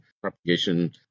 propagation